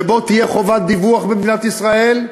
ותהיה חובת דיווח במדינת ישראל,